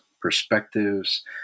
perspectives